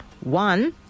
one